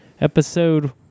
episode